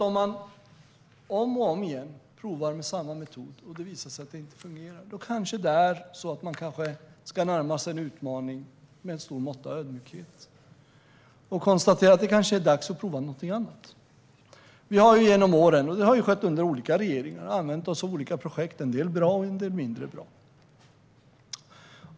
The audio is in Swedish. Om man om och om igen provar med samma metod och det visar sig att den inte fungerar kanske man ska närma sig en utmaning med ett stort mått av ödmjukhet och konstatera att det kanske är dags att pröva någonting annat. Olika regeringar har genom åren startat olika projekt - en del bra, en del mindre bra.